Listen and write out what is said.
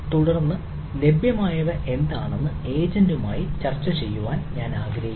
തുടർന്ന് ലഭ്യമായവ എന്താണെന്ന് ഏജന്റുമായി ചർച്ച ചെയ്യാൻ ഞാൻ ആഗ്രഹിക്കുന്നു